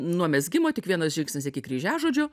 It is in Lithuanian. nuo mezgimo tik vienas žingsnis iki kryžiažodžių